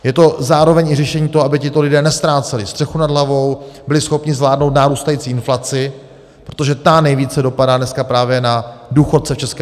Je to zároveň i řešení toho, aby tito lidé neztráceli střechu nad hlavou, byli schopni zvládnout narůstající inflaci, protože ta nejvíce dopadá dneska právě na důchodce v ČR.